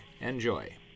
Enjoy